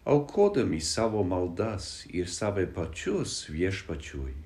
aukodami savo maldas ir save pačius viešpačiui